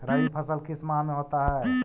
रवि फसल किस माह में होता है?